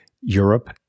Europe